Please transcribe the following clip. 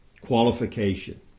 qualification